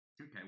Okay